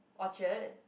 Orchard